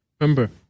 Remember